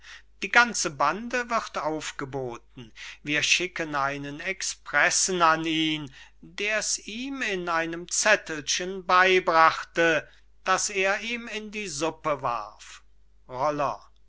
die ganze bande wird aufgeboten wir schicken einen expressen an ihn der's ihm in einem zettelchen beybrachte das er ihm in die suppe warf roller